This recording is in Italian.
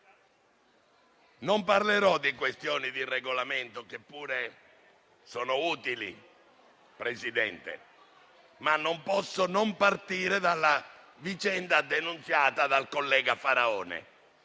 non parlerò di questioni di Regolamento, che pure sono utili, ma non posso non partire dalla vicenda denunciata dal collega Faraone.